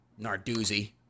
Narduzzi